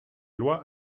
lois